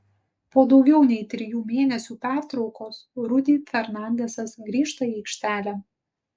po daugiau nei trijų mėnesių pertraukos rudy fernandezas grįžta į aikštelę